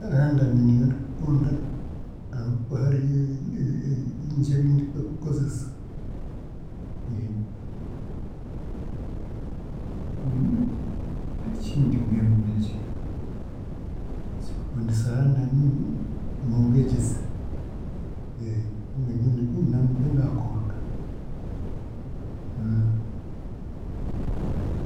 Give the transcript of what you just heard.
London niyo ndikukunda, ahaku hariyo e- e- bingi ebi- by'okukozesa kandi ekindi mbwenu n'enki, ekinkundisa London n- n'owegyese nibwe, nibwe naakunda.